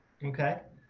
okay.